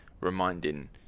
reminding